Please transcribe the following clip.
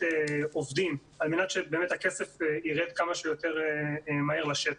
עובדים על מנת שבאמת הכסף ירד כמה שיותר מהר לשטח.